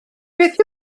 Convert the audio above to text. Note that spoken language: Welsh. beth